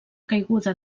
caiguda